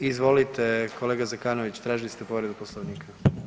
Izvolite kolega Zekanović tražili ste povredu Poslovnika.